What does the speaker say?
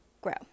grow